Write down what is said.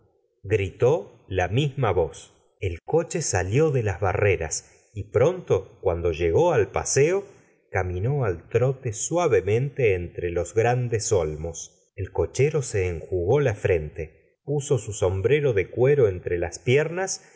gritó la misma voz el coche salió de las barreras y pronto cuando llegó al paseo caminó al trot suavemente entre los grandes olmos el cochero se enjugó la frente puso su sombrero de cuero entre las piernas